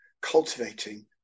cultivating